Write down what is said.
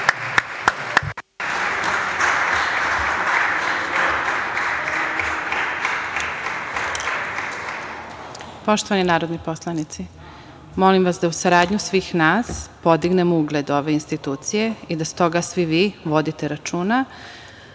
Poštovani narodi poslovni, molim vas da uz saradnju svih nas podignemo ugled ove institucije i da stoga svi vi vodite računa